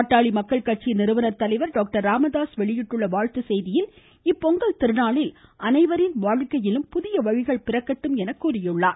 பாமக நிறுவனர் தலைவர் டாக்டர் ராமதாஸ் வெளியிட்டுள்ள வாழ்த்துச் செய்தியில் இப்பொங்கல் திருநாளில் அனைவரின் வாழ்க்கையிலும் புதிய வழிகள் பிறக்கட்டும் என கூறியுள்ளார்